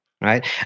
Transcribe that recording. right